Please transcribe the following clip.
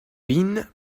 pin